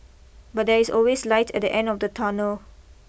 but there is always light at the end of the tunnel